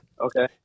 Okay